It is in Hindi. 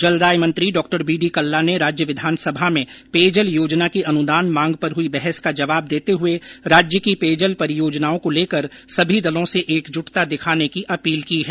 जलदाय मंत्री डॉ बी डी कल्ला ने राज्य विधानसभा में पेयजल योजना की अनुदान मांग पर हुई बहस का जवाब देते हुए राज्य की पेयजल परियोजनाओं को लेकर सभी दलों से एकजुटता दिखाने की अपील की है